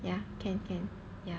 ya can can ya